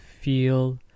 feel